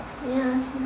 yes